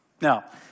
Now